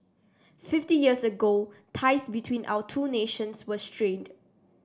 fifty years ago ties between our two nations were strained